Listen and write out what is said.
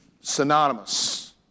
Synonymous